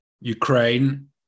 ukraine